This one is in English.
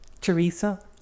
Teresa